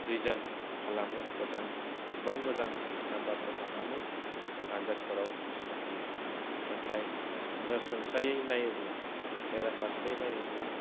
result खालामो मोजां गोबां मोजां नाम्बारफोर लानानै आनजादफोराव उथ्रिनो हायो नाथाय सरासनस्रायै नायोब्ला बेराफारसेयै नायोब्ला